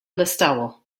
listowel